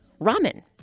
ramen